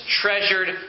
treasured